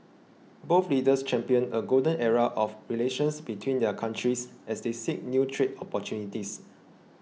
both leaders championed a golden era of relations between their countries as they seek new trade opportunities